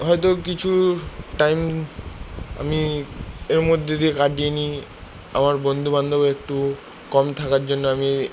হয়তো কিছু টাইম আমি এর মধ্যে দিয়ে কাটিয়ে নিই আমার বন্ধু বান্ধব একটু কম থাকার জন্য আমি